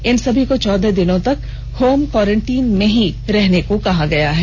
इन सभी को चौदह दिनों तक होम क्वॉरेंटीइन में रहने को कहा गया है